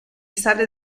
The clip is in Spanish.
sale